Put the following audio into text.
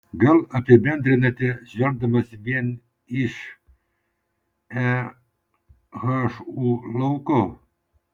gal apibendrinate žvelgdamas vien iš ehu lauko